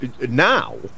now